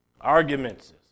arguments